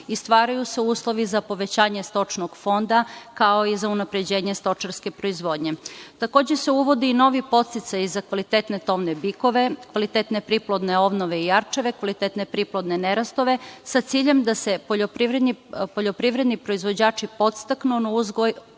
i stvaraju se uslovi za povećanje stočnog fonda kao i za unapređenje stočarske proizvodnje. Takođe se uvodi i novi podsticaj za kvalitetne tovne bikove, kvalitetne priplodne ovnove i jarčeve, sa ciljem da se poljoprivredni proizvođači podstaknu na uzgoj